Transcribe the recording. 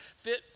fit